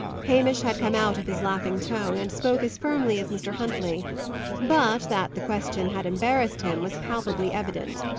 hamish had come out of his laughing tone, and spoke as firmly as mr. huntley but, that the question had embarrassed him, was palpably evident.